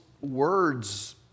words